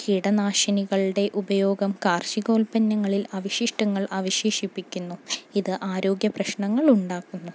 കീടനാശിനികളുടെ ഉപയോഗം കാർഷികോൽപ്പന്നങ്ങളിൽ അവിശിഷ്ടങ്ങൾ അവശേഷിപ്പിക്കുന്നു ഇത് ആരോഗ്യ പ്രശ്നങ്ങൾ ഉണ്ടാക്കുന്നു